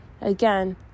again